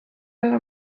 alla